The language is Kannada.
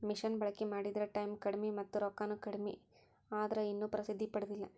ಮಿಷನ ಬಳಕಿ ಮಾಡಿದ್ರ ಟಾಯಮ್ ಕಡಮಿ ಮತ್ತ ರೊಕ್ಕಾನು ಕಡಮಿ ಆದ್ರ ಇನ್ನು ಪ್ರಸಿದ್ದಿ ಪಡದಿಲ್ಲಾ